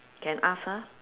can ask her